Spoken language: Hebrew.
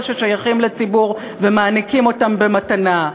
ששייכים לציבור ומעניקים אותם במתנה.